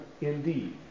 indeed